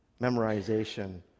memorization